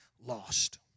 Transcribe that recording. lost